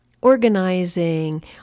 organizing